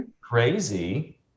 Crazy